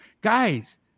Guys